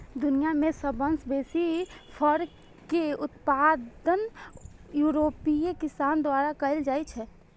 दुनिया मे सबसं बेसी फर के उत्पादन यूरोपीय किसान द्वारा कैल जाइ छै